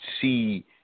see